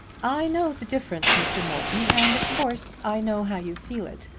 i know the difference, mr. morton, and of course i know how you feel it.